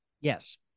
yes